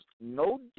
no